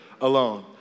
alone